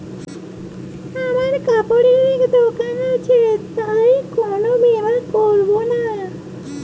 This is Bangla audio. আমার কাপড়ের এক দোকান আছে তার বীমা কিভাবে করবো?